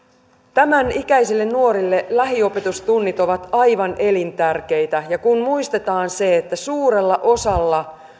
tämän ikäisille nuorille lähiopetustunnit ovat aivan elintärkeitä ja kun muistetaan se että suurella osalla